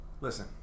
listen